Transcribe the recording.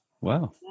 Wow